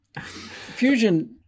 fusion